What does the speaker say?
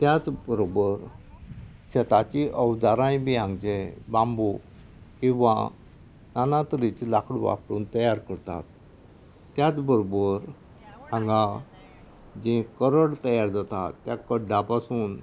त्याच बरोबर शेतांची अवजारांय बी हांगचे बांबू किंवां नाना तरेची लाकडां वापरून तयार करतात त्याच बरोबर हांगा जे करड तयार जाता त्या कड्डा पसून